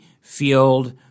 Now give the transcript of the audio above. field